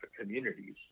communities